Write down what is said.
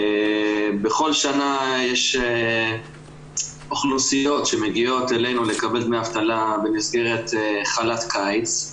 בכל שנה יש אוכלוסיות שמגיעות אלינו לקבל דמי אבטלה במסגרת חל"ת קיץ.